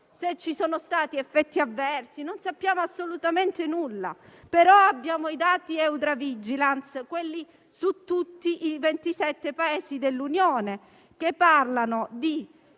se ci sono stati effetti avversi. Non sappiamo assolutamente nulla, però abbiamo i dati EudraVigilance su tutti i ventisette Paesi dell'Unione, che parlano di